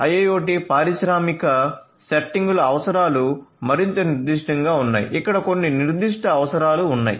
IIoT పారిశ్రామిక సెట్టింగుల అవసరాలు మరింత నిర్దిష్టంగా ఉన్నాయి ఇక్కడ కొన్ని నిర్దిష్ట అవసరాలు ఉన్నాయి